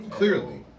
clearly